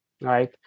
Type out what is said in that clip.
right